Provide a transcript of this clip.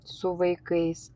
su vaikais